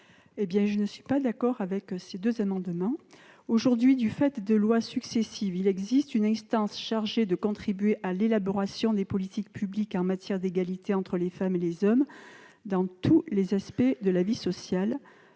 Quel est l'avis de la commission spéciale ? Aujourd'hui, du fait de lois successives, il existe une instance chargée de contribuer à l'élaboration des politiques publiques en matière d'égalité entre les femmes et les hommes dans tous les aspects de la vie sociale,